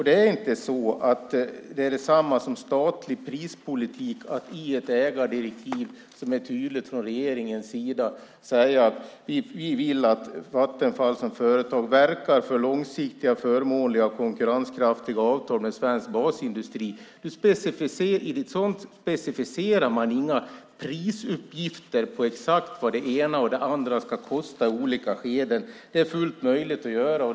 Det är inte detsamma som statlig prispolitik i ett ägardirektiv från regeringen som är tydligt. Det handlar om att man från regeringens sida ska säga: Vi vill att Vattenfall som företag verkar för långsiktiga, förmånliga och konkurrenskraftiga avtal med svensk basindustri. I ett sådant direktiv specificerar man inga prisuppgifter om exakt vad det ena och det andra ska kosta i olika skeden. Det är fullt möjligt att göra.